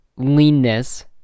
leanness